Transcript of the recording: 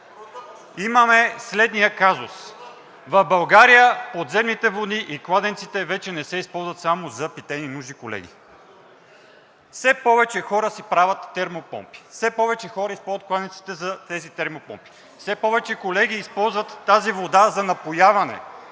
имаме следния казус: в България подземните води и кладенците вече не се използват само за питейни нужди, колеги. Все повече хора си правят термопомпи, все повече хора използват кладенците за тези термопомпи. Все повече използват тази вода за напояване,